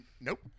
Nope